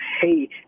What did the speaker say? Hey